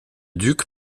duc